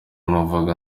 numvaga